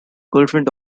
girlfriend